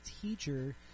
teacher